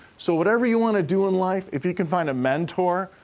so, whatever you wanna do in life, if you can find a mentor,